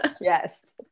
yes